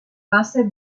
base